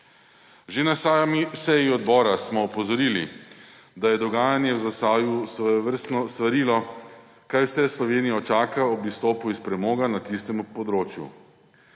Že na sami seji odbora smo opozorili, da je dogajanje v Zasavju svojevrstno svarilo, kaj vse Slovenijo čaka ob izstopu iz premoga na tistem področju.